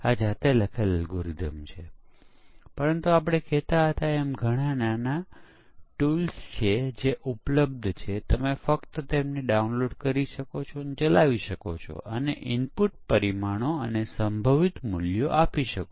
જ્યારે એકમ પરીક્ષણમાં આપણે બગને સરળતાથી સ્થાનિકીકરણ કરી શકીએ છીએ કારણ કે સિસ્ટમ પરીક્ષણની તુલનામાં કોડ નાનો હોય છે